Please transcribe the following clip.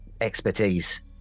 expertise